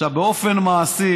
באופן מעשי